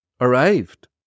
Arrived